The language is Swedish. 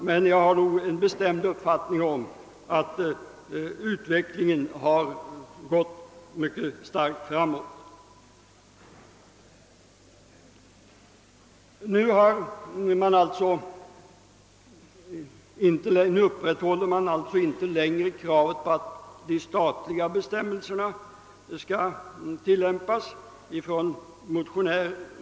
Men jag har en bestämd känsla av att utvecklingen i detta avseende gått mycket starkt framåt.